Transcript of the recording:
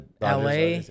LA